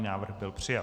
Návrh byl přijat.